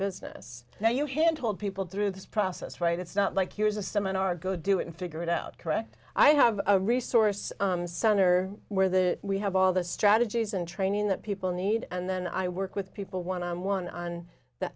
business now you hand told people through this process right it's not like here's a seminar go do it and figure it out correct i have a resource center where the we have all the strategies and training that people need and then i work with people one on one on the